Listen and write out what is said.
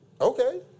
Okay